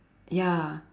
ya